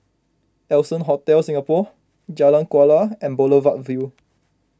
Allson Hotel Singapore Jalan Kuala and Boulevard Vue